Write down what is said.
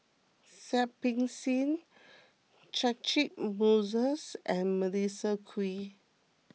Seah Peck Seah Catchick Moses and Melissa Kwee